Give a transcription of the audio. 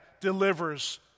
delivers